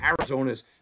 Arizona's